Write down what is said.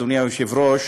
אדוני היושב-ראש,